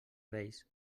reis